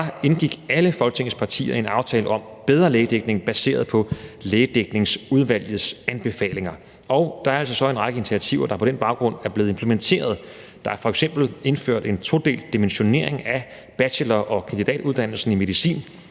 indgik alle Folketingets partier en aftale om bedre lægedækning baseret på Lægedækningsudvalgets anbefalinger. Og der er altså så en række initiativer, der på den baggrund er blevet implementeret. Der er f.eks. indført en todelt dimensionering af bachelor- og kandidatuddannelsen i medicin,